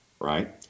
right